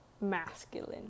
masculine